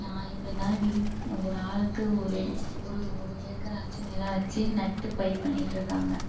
யார் எப்படி இருந்தாலும் ஒரு ஆளுக்கு ஒரு ஒரு ஒரு ஏக்கராச்சும் நிலம் வெச்சு நட்டு பயிர் பண்ணிட்டு இருக்காங்க